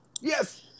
Yes